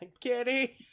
Kitty